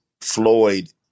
Floyd